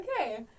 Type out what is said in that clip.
Okay